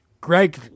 Greg